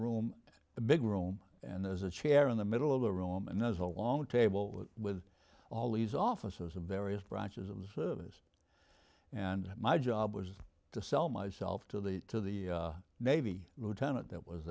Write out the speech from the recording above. room a big room and there's a chair in the middle of the room and there's a long table with all these offices of various branches of the service and my job was to sell myself to the to the navy lieutenant that was